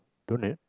don't have